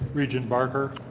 regent barker,